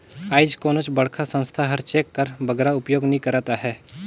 आएज कोनोच बड़खा संस्था हर चेक कर बगरा उपयोग नी करत अहे